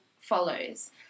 follows